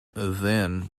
then